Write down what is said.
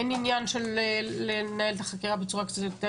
אין עניין של לנהל את החקירה בצורה קצת יותר,